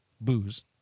booze